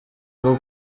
rwo